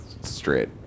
straight